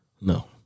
No